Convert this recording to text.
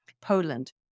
Poland